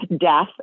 death